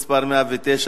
סעיפים 3 ו-4,